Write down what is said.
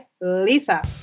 Lisa